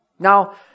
Now